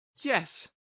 Yes